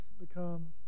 become